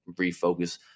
refocus